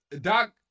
Doc